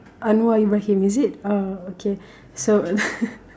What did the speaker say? anwar-ibrahim is it uh okay so